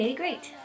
great